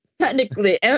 Technically